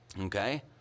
okay